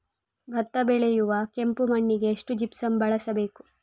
ಭತ್ತ ಬೆಳೆಯುವ ಕೆಂಪು ಮಣ್ಣಿಗೆ ಎಷ್ಟು ಜಿಪ್ಸಮ್ ಬಳಸಬೇಕು?